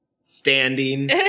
standing